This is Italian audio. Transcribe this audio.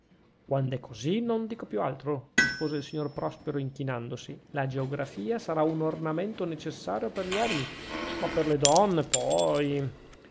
ministero quand'è così non dico più altro rispose il signor prospero inchinandosi la geografia sarà un ornamento necessario per gli uomini ma per le donne poi